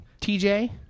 TJ